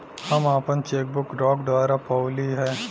हम आपन cheque book डाक द्वारा पउली है